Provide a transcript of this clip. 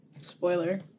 Spoiler